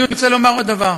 אני רוצה לומר עוד דבר: